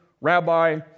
rabbi